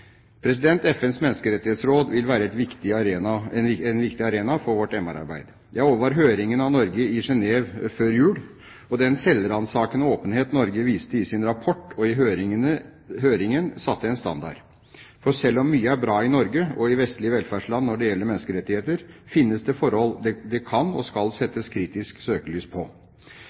FNs menneskerettighetsråd vil være en viktig arena for vårt menneskerettighetsarbeid. Jeg overvar høringen av Norge i Genève før jul. Den selvransakende åpenhet Norge viste i sin rapport og i høringen, satte en standard. For selv om mye er bra i Norge og i vestlige velferdsland når det gjelder menneskerettigheter, finnes det forhold det kan og skal settes kritisk søkelys på.